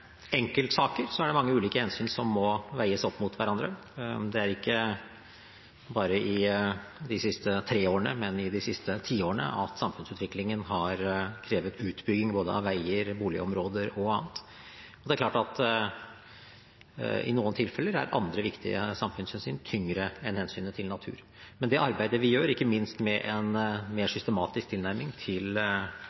er det mange ulike hensyn som må veies opp mot hverandre. Det er ikke bare i de siste tre årene, men i de siste tiårene at samfunnsutviklingen har krevd utbygging både av veier, boligområder og annet, og det er klart at i noen tilfeller veier andre viktige samfunnshensyn tyngre enn hensynet til natur. Men det arbeidet vi gjør, ikke minst med en mer